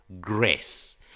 grace